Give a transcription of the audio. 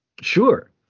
Sure